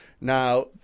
Now